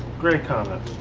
great comment.